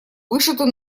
вышитую